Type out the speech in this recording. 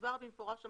הוסבר במפורש על